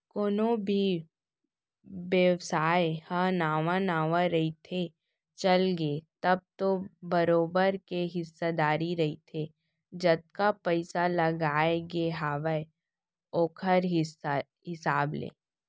कोनो भी बेवसाय ह नवा नवा रहिथे, चलगे तब तो बरोबर के हिस्सादारी रहिथे जतका पइसा लगाय गे हावय ओखर हिसाब ले